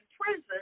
prison